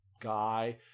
guy